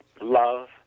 love